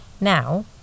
Now